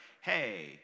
Hey